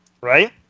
right